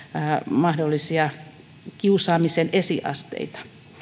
mahdollisia kiusaamisen esiasteita